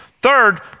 Third